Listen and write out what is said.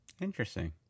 Interesting